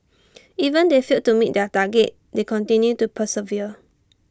even if you failed to meet their targets they continue to persevere